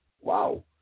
wow